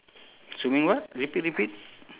swimming what repeat repeat